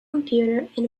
computer